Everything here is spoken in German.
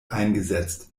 eingesetzt